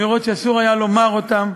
אמירות שאסור היה לומר אותן,